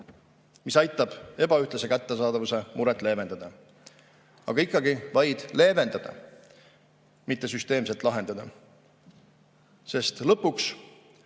mis aitab ebaühtlase kättesaadavuse muret leevendada. Aga ikkagi vaid leevendada, mitte süsteemselt lahendada. Sest lõpuks